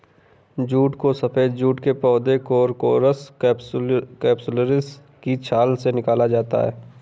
jute को सफेद jute के पौधे कोरकोरस कैप्सुलरिस की छाल से निकाला जाता है